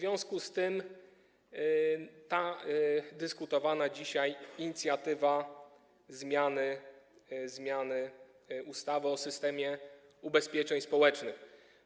Stąd ta dyskutowana dzisiaj inicjatywa zmiany ustawy o systemie ubezpieczeń społecznych.